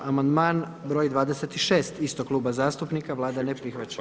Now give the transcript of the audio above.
Amandman broj 26 istog kluba zastupnika, Vlada ne prihvaća.